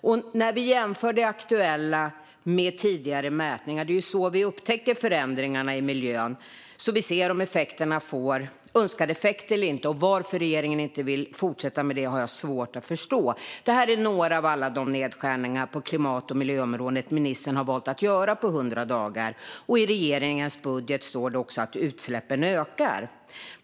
Genom att jämföra aktuella värden med tidigare mätningar upptäcker vi förändringarna i miljön så att vi ser om åtgärderna får önskad effekt eller inte. Varför regeringen inte vill fortsätta med detta har jag svårt att förstå. Detta är några av alla de nedskärningar på klimat och miljöområdet som ministern har valt att göra på 100 dagar, och i regeringens budget står det också att utsläppen ökar.